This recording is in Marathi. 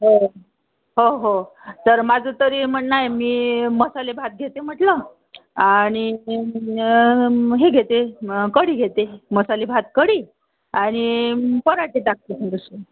हो हो हो तर माझं तरी म्हणणं आहे मी मसालेभात घेते म्हटलं आणि हे घेते कढी घेते मसालेभात कढी आणि पराठे टाकते थोडेसे